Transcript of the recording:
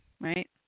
Right